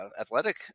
athletic